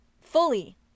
fully